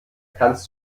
kannst